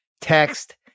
text